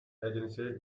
agency